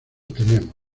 tenemos